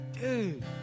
dude